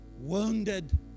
wounded